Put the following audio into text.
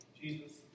Jesus